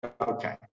okay